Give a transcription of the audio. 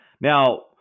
Now